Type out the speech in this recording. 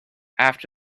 after